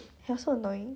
hell so annoying